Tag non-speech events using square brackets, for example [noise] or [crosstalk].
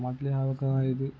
[unintelligible] ഇത്